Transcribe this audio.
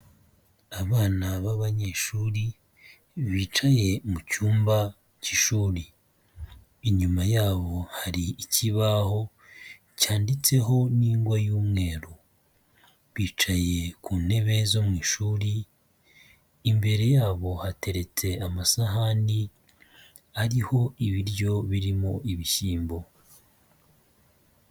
Abana b'abanyeshuri bicaye mu cyumba cy'ishuri, inyuma yabo hari ikibaho, cyanditseho n'ingwa y'umweru, bicaye ku ntebe zo mu ishuri, imbere yabo hateretse amasahani ariho ibiryo birimo ibishyimbo.